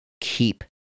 keep